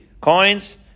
coins